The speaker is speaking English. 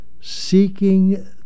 seeking